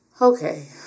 Okay